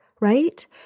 right